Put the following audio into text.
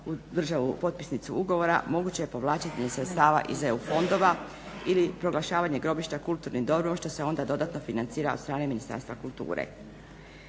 u državu potpisnicu ugovora moguće je povlačenje sredstava iz EU fondova ili proglašavanje grobišta kulturnim dobrom što se onda dodatno financira od strane Ministarstva kulture.